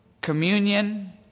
communion